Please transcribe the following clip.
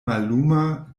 malluma